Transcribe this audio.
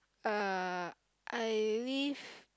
uh I live